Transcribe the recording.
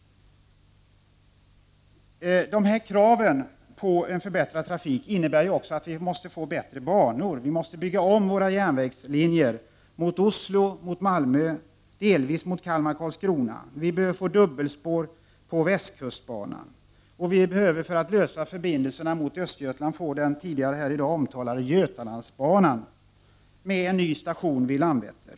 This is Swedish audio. Dessa krav på en förbättrad trafik innebär också att vi måste få bättre banor. Vi måste förbättra våra järnvägslinjer mot Oslo, Malmö, och Kalmar/- Karlskrona. Vi behöver dubbelspår på västkustbanan. För att lösa förbindelserna mot Östergötland behöver vi den tidigare här i dag omtalade Götalandsbanan med en ny station vid Landvetter.